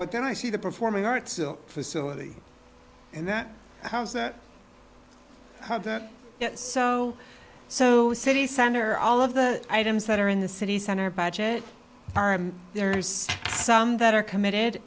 but then i see the performing arts facility and that house that so so city center all of the items that are in the city center budget there's some that are committed